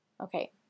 Okay